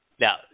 Now